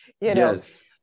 Yes